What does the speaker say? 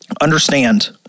understand